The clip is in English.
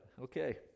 Okay